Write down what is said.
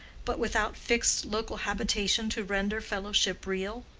but without fixed local habitation to render fellowship real?